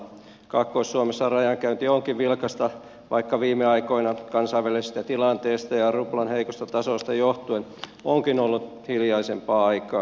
kaakkois suomessa rajankäynti onkin vilkasta vaikka viime aikoina kansainvälisestä tilanteesta ja ruplan heikosta tasosta johtuen onkin ollut hiljaisempaa aikaa